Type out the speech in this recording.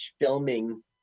filming